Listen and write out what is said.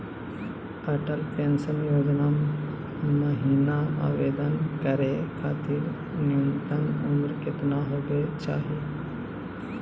Atal pension योजना महिना आवेदन करै खातिर न्युनतम उम्र केतना होवे चाही?